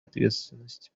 ответственность